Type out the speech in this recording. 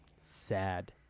Sad